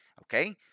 okay